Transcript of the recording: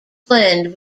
blend